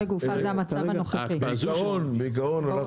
בעיקרון,